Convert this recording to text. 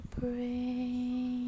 pray